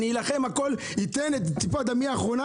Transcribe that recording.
אני אלחם ואתן את טיפת דמי האחרונה